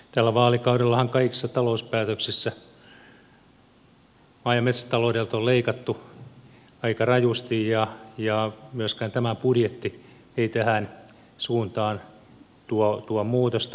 tällä vaalikaudellahan kaikissa talouspäätöksissä maa ja metsäta loudelta on leikattu aika rajusti ja myöskään tämä budjetti ei tähän suuntaan tuo muutosta